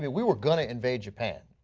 we were going to invade japan.